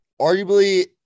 Arguably